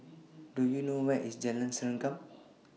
Do YOU know Where IS Jalan Serengam